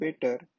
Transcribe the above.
better